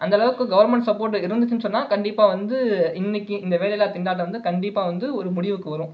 அந்த அளவுக்கு government support இருந்துச்சுனு சொன்னால் கண்டிப்பாக வந்து இன்றைக்கி இந்த வேலையில்லா திண்டாட்டம் வந்து கண்டிப்பாக வந்து ஒரு முடிவுக்கு வரும்